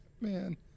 Man